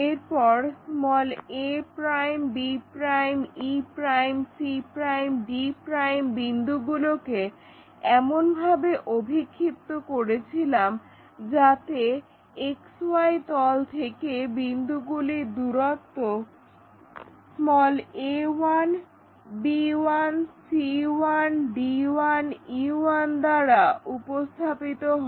এরপর a' b' e' c' d' বিন্দুগুলোকে এমনভাবে অভিক্ষিপ্ত করেছিলাম যাতে XY তল থেকে বিন্দুগুলির দূরত্ব a1 b1 c1 d1 e1 দ্বারা উপস্থাপিত হয়